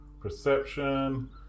perception